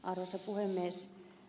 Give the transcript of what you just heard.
arvoisa puhemies